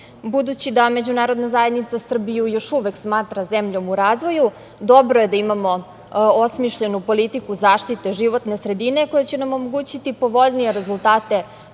gasova. Budući da Međunarodna zajednica Srbiju još uvek smatra zemljom u razvoju, dobro je da imamo osmišljenu politiku zaštite životne sredine, koja će nam omogućiti povoljnije rezultate,